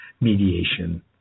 mediation